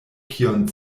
kion